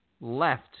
left